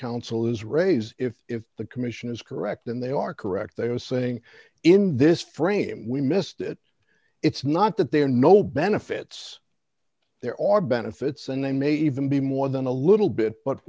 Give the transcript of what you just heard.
counsel is raise if if the commission is correct and they are correct they are saying in this frame we missed it it's not that there are no benefits there are benefits and they may even be more than a little bit but